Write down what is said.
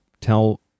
tell